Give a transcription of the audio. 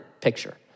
picture